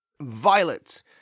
Violet